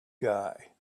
guy